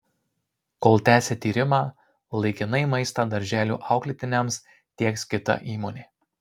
kol tęsia tyrimą laikinai maistą darželių auklėtiniams tieks kita įmonė